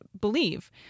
believe